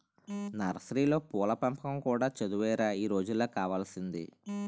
నర్సరీలో పూల పెంపకం కూడా చదువేరా ఈ రోజుల్లో కావాల్సింది